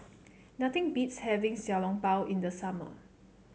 nothing beats having Xiao Long Bao in the summer